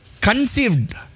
conceived